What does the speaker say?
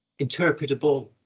interpretable